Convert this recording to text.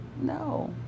No